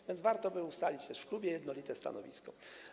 A więc warto by ustalić też w klubie jednolite stanowisko.